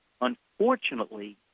unfortunately